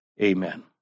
Amen